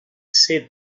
said